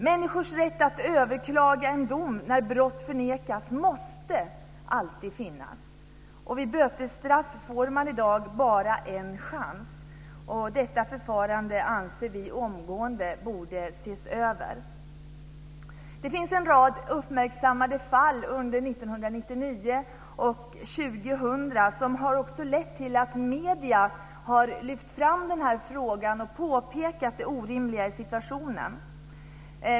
Människors rätt att överklaga en dom när brott förnekas måste alltid finnas. Vid bötesstraff får man i dag bara en chans. Vi anser att detta förfarande omgående borde ses över. Det finns en rad uppmärksammade fall under 1999 och 2000 som lett till att medierna har lyft fram den här frågan och påpekat det orimliga i situationen.